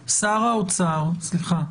סליחה,